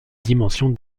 dimensions